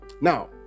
Now